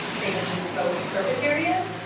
they mean both purpose areas,